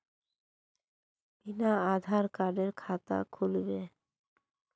बिना आधार कार्डेर खाता खुल बे?